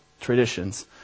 traditions